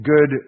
good